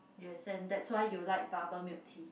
you will send that's why you like bubble milk tea